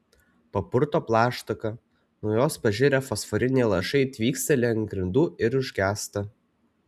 papurto plaštaką nuo jos pažirę fosforiniai lašai tvyksteli ant grindų ir užgęsta